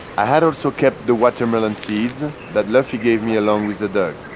i had also kept the watermelon seeds that lofi gave me along with the dog.